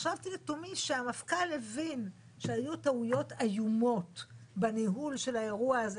חשבתי לתומי שהמפכ"ל הבין שהיו טעויות איומות בניהול של האירוע הזה,